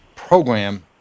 Program